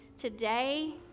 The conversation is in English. Today